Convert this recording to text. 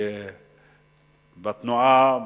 בתנועה,